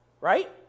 right